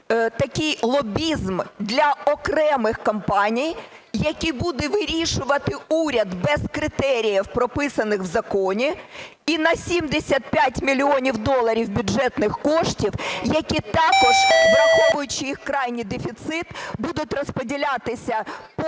такий лобізм для окремих компаній, які буде вирішувати уряд без критеріїв, прописаних у законі, і на 75 мільйонів доларів бюджетних коштів, які також, враховуючи їх крайній дефіцит, будуть розподілятися по